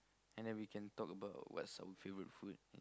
and then we can talk about what's our favourite food